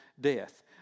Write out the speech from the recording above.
death